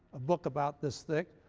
a book about this thick,